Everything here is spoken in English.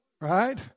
Right